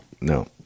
No